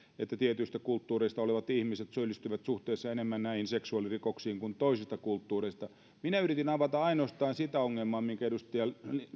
että tietyistä kulttuureista olevat ihmiset syyllistyvät suhteessa enemmän näihin seksuaalirikoksiin kuin toisista kulttuureista olevat minä yritin avata ainoastaan sitä ongelmaa minkä edustaja